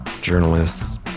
journalists